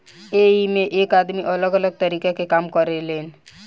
एइमें एक आदमी अलग अलग तरीका के काम करें लेन